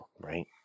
right